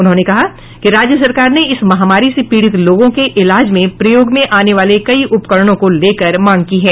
उन्होंने कहा कि राज्य सरकार ने इस महामारी से पीड़ित लोगों के इलाज में प्रयोग में आने वाले कई उपकरणों को लेकर मांग की है